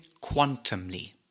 quantumly